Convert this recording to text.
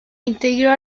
integró